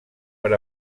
per